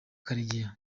karegeya